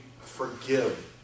forgive